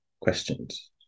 questions